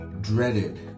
dreaded